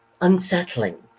unsettling